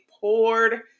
poured